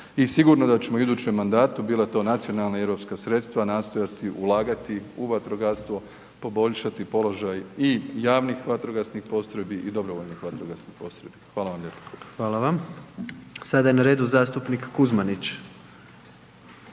sigurno da ćemo i u idućem mandatu, bila to nacionalna ili europska sredstva nastojati ulagati u vatrogastvo, poboljšati položaj i JVP-a i DVD-a. Hvala vam lijepa. **Jandroković, Gordan (HDZ)** Hvala vam. Sada je na redu zastupnik Kuzmanić.